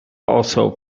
also